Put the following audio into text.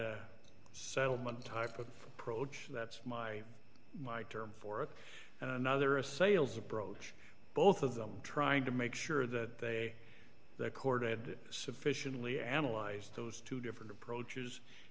a settlement type of approach that's my my term for it and another a sales approach both of them trying to make sure that they courted sufficiently analyzed those two different approaches